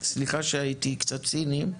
סליחה שהייתי קצת ציני.